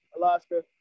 Alaska